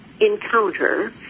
Encounter